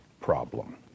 problem